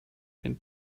been